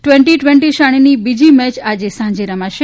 twenty twenty શ્રેણીની બીજી match આજે સાંજે રમાશે